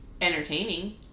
entertaining